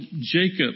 Jacob